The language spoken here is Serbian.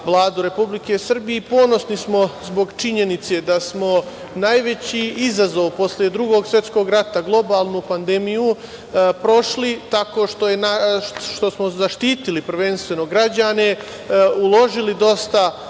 Vladu Republike Srbije. Ponosni smo zbog činjenice da smo najveći izazov posle Drugog svetskog rata, globalnu pandemiju prošli tako što zaštitili prvenstveno građane, uložili dosta